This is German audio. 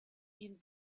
ihnen